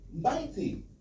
mighty